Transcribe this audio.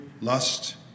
lust